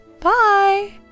bye